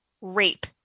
rape